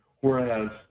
Whereas